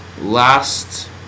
last